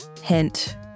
Hint